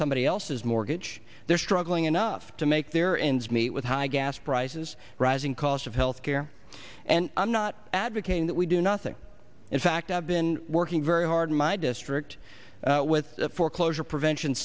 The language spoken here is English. somebody else's mortgage they're struggling enough to make their ends meet with high gas prices rising cost of health care and i'm not advocating that we do nothing in fact i've been working very hard in my district with the foreclosure prevention